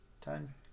Time